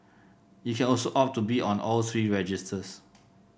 you can also opt to be on all three registers